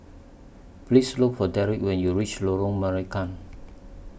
Please Look For Derek when YOU REACH Lorong Marican